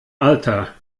alter